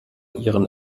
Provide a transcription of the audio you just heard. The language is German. ihren